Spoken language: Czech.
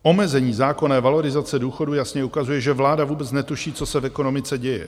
Omezení zákonné valorizace důchodů jasně ukazuje, že vláda vůbec netuší, co se v ekonomice děje.